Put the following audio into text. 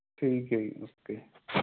ਠੀਕ ਹੈ ਜੀ ਓਕੇ